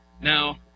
Now